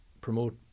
promote